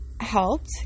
helped